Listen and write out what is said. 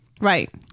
Right